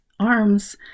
arms